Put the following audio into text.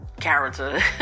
character